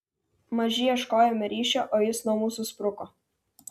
maži ieškojome ryšio o jis nuo mūsų spruko